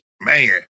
man